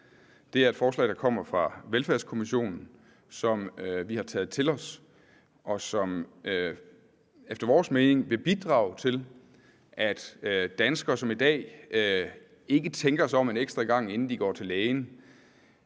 Det er et forslag, der kommer fra Velfærdskommissionen, og som vi har taget til os, og som efter vores mening vil bidrage til, at danskere, som i dag ikke tænker sig om en ekstra gang, inden de går til læge,